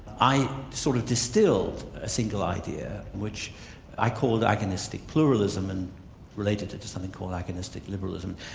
i sort of distilled a single idea which i called agonistic pluralism and related to to something called agonistic liberalism.